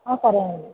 పర్వాలేదండీ